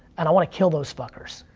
and i wanna kill those fuckers.